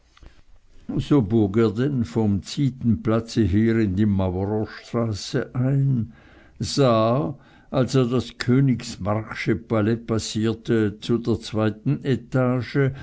denn vom zietenplatz her in die mauerstraße ein sah als er das königsmarcksche palais passierte zu der zweiten etage